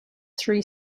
three